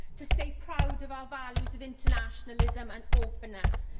to stay proud of our values of internationalism and openness,